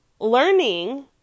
learning